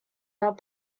not